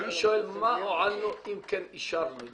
אני שואל מה הועלנו אם כן אישרנו את זה?